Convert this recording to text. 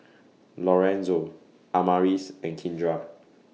Lorenzo Amaris and Kindra